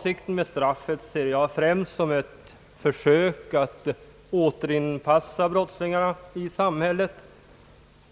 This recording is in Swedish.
Straffets innebörd ser jag främst så, att det innebär ett försök att återinpassa brottslingarna i samhället,